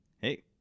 Hey